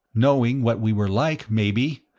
knowing what we were like, maybe!